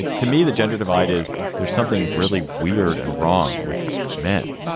to me the gender divide is there's something really weird and wrong with men